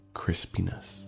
crispiness